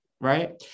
right